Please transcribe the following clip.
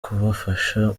kubafasha